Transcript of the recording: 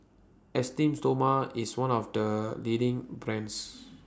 Esteem Stoma IS one of The leading brands